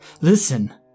Listen